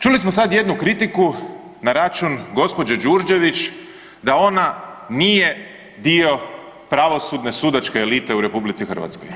Čuli smo sad jednu kritiku na račun gđe. Đurđević da ona nije dio pravosudne sudačke elite u RH.